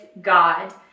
God